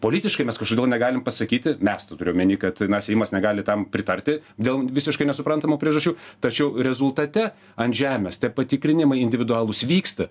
politiškai mes kažkodėl negalim pasakyti mes tai turiu omeny kad na seimas negali tam pritarti dėl visiškai nesuprantamų priežasčių tačiau rezultate ant žemės tie patikrinimai individualūs vyksta